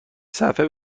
صفحه